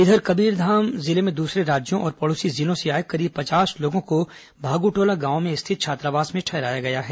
इधर कबीरधाम जिले में दूसरे राज्यों और पड़ोसी जिलों से आए करीब पचास लोगों को भागूटोला गांव में स्थित छात्रावास में ठहराया गया है